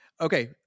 Okay